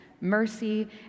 mercy